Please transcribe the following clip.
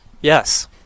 yes